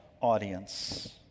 audience